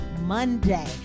Monday